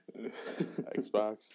Xbox